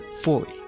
fully